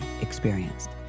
experienced